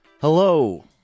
Hello